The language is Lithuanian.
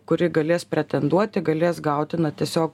kuri galės pretenduoti galės gauti na tiesiog